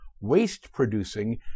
waste-producing